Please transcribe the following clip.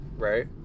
Right